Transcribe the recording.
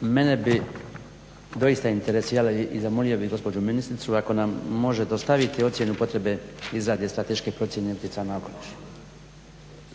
mene bi doista interesiralo i zamolio bih gospođu ministricu ako nam može dostaviti ocjenu potrebe izrade strateške procjene utjecaja na okoliš.